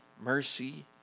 mercy